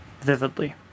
vividly